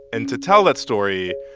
and to tell that story,